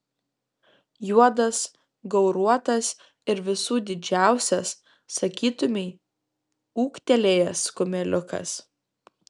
juodas gauruotas ir visų didžiausias sakytumei ūgtelėjęs kumeliukas